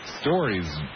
stories